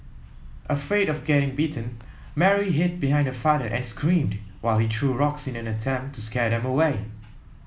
afraid of getting bitten Mary hid behind her father and screamed while he threw rocks in an attempt to scare them away